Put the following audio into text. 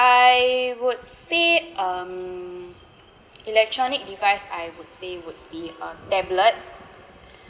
~I would say um electronic device I would say would be a tablet